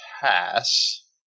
pass